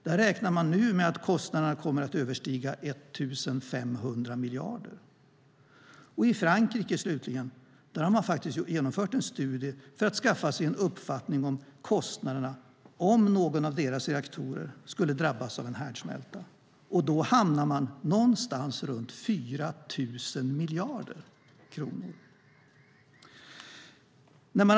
Där räknar man nu med att kostnaderna kommer att överstiga 1 500 miljarder. I Frankrike har man genomfört en studie för att skaffa sig en uppfattning om kostnaderna om någon av deras reaktorer skulle drabbas av en härdsmälta. Då hamnar man någonstans runt 4 000 miljarder kronor.